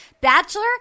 Bachelor